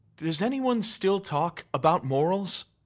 does anyone still talk about morals?